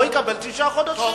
לא יקבל שכר תשעה חודשים.